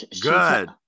good